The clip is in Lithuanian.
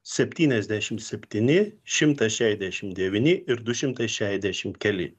septyniasdešimt septyni šimtas šešiasdešimt devyni ir du šimtai šešiasdešimt keli